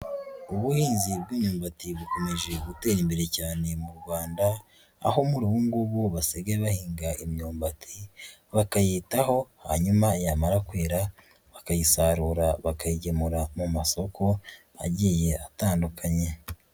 Ubuhinzi bw'imyumbati bukomeje gutera imbere cyane mu Rwanda, aho muri ubu ngubu basigaye bahinga imyumbati bakayitaho, hanyuma yamara kwera bakayisarura bakayigemura mu masoko agiye atandukanye.